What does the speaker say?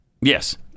Yes